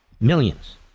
Millions